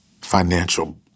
financial